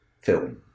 film